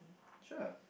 sure